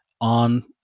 on